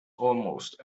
almost